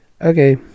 okay